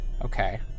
Okay